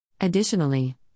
Additionally